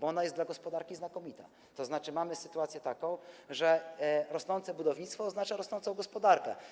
Ona jest dla gospodarki znakomita, tzn. mamy taką sytuację, że rosnące budownictwo oznacza rosnącą gospodarkę.